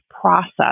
process